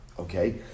Okay